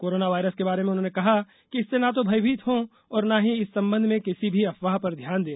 corona virus के बारे में उन्होंने कहा कि इससे न तो भयभीत हो और न ही इस संबंध में किसी भी अफवाह पर ध्यान दें